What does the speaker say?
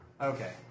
Okay